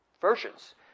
versions